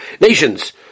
nations